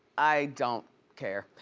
i don't care.